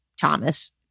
Thomas